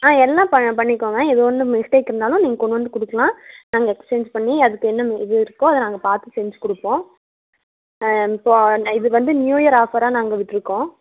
ஆ எல்லாம் ப பண்ணிக்கோங்க இது ஒன்றும் மிஸ்டேக் இருந்தாலும் நீங்கள் கொண்டுவந்து கொடுக்கலாம் நாங்கள் எக்சேஞ்ச் பண்ணி அதுக்கு என்ன இது இருக்கோ அதை நாங்கள் பார்த்து செஞ்சுக் கொடுப்போம் இப்போது இந்த இது வந்து நியூ இயர் ஆஃபராக நாங்கள் விட்டிருக்கோம்